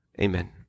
Amen